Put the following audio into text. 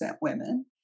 women